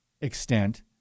extent